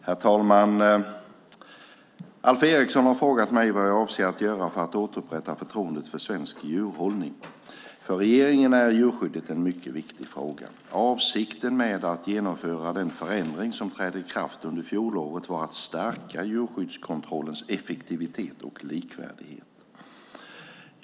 Herr talman! Alf Eriksson har frågat mig vad jag avser att göra för att återupprätta förtroendet för svensk djurhållning. För regeringen är djurskyddet en mycket viktig fråga. Avsikten med att genomföra den förändring som trädde i kraft under fjolåret var att stärka djurskyddskontrollens effektivitet och likvärdighet.